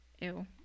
Ew